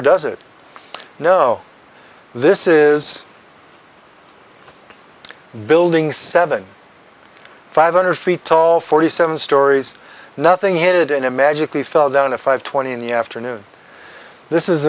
does it know this is building seven five hundred feet tall forty seven stories nothing headed in a magically fell down a five twenty in the afternoon this is